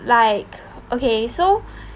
like okay so